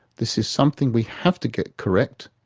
this is something we have to get correct,